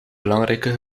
belangrijke